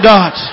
God